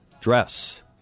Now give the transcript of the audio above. dress